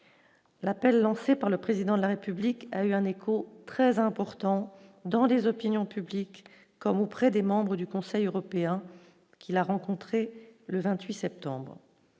l'appel lancé par le président de la République a eu un écho très important dans les opinions publiques comme auprès des membres du Conseil européen qui l'a rencontré, le 28 septembre,